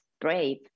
brave